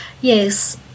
yes